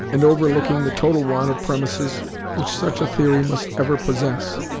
and overlooking the total want of premises which such a theory must ever possess,